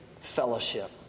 fellowship